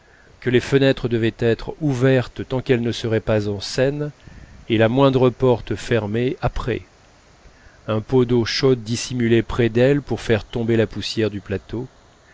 que les fenêtres devaient être ouvertes tant qu'elle ne serait pas en scène et la moindre porte fermée après un pot d'eau chaude dissimulé près d'elle pour faire tomber la poussière du plateau